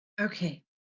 Okay